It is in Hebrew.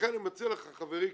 לכן אני מציע לך, חברי,